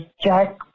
Jack